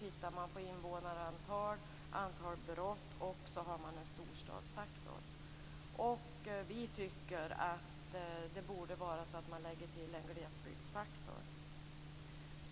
tittar man på invånarantal och antal brott, och sedan har man en storstadsfaktor. Vi tycker att man också borde lägga till en glesbygdsfaktor.